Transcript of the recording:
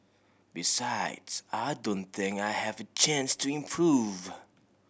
besides I don't think I have a chance to improve